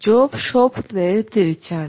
job shop നേരെ തിരിച്ചാണ്